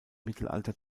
mittelalter